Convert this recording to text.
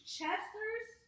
Chester's